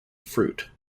fruit